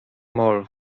more